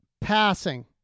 Passing